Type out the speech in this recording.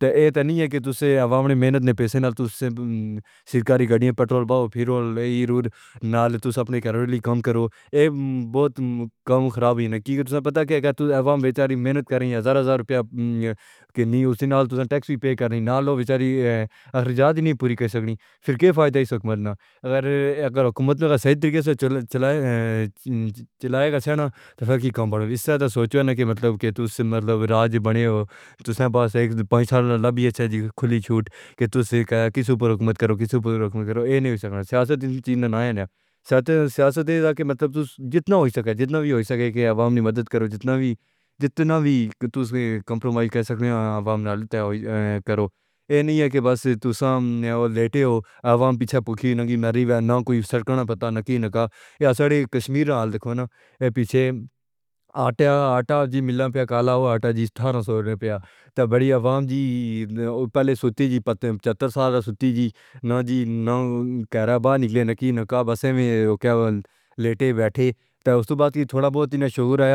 ٹی ہی ہے کہ توں ساڈے عوام نے محنت نال پیسے کماۓ تے سرکاری گاڑیاں پٹرول بھراؤ پھر اوہی روڈ نال توں اپنے لیے کم کرو۔ ایہ بہت گھٹ خرابی ہے ناں کہ تساں پتہ کیہڑے اگر عوام بچارے محنت کرن یا ہزاراں روپے کماون پر اسیں نال ٹیکس وی پے کرنا پے تے اوہ بچارے اخراجات پورے نہیں کر سکدے پھر کیا فائدہ ہے سمجھ لو ناں اگر حکومت صحیح طریقے نال چلاؤے گا ناں تو کیہڑی کمپنی اس توں سوچے گی ناں کہ مطلب توں ساڈا راج بنے تے توں ساڈے پاس ہے پانچ سال وی چاہے کھلی چھوٹ کہ توں کیہا کہ سوپ رحمت کرو سوپ رحمت کرو اے نہیں ہو سکدا سیاست وچ نہ آؤ ناں سیاست سیاست ہے کہ مطلب جتنا ہو سکدا ہے جتنا وی ہو سکدا ہے کہ عوام دی مدد کرو جتنا وی جتنا وی تسلی کمپرومائز کر سکدے او عوام نال کرو اے نہیں ہے کہ بس توں ساڈے نیولے ٹے ہو عوام پچھلے بھکھے ناں ماری اوہ ناں کوئی سرکار نہ پتہ نہ کیہڑی نہ کیا یہ ساڑھے کشمیر نال دیکھو اے پیچھے آٹھا آٹھا جی ملنا پے کالا ہویا آٹا جی تھارہ سور نہ پیؤ تے وڈی عوام جی پہلے سوتے جی پتہ ہے چتر سال رات سوتے جی ناں جی ناں کہرہ باہر نکلے ناں کیہڑا نہ کیا بس وچ کیا لیٹے بیٹھے تے اُس توں بعد تھوڑا بہت شہر ہے